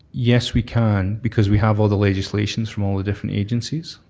yes, we can, because we have all the legislation from all the different agencies.